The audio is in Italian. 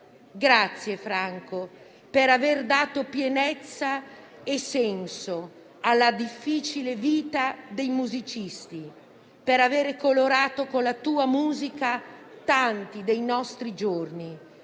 Grazie Franco per aver dato pienezza e senso alla difficile vita dei musicisti; per avere colorato con la tua musica tanti dei nostri giorni;